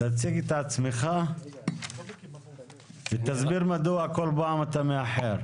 תציג את עצמך ותסביר מדוע כל פעם אתה מאחר.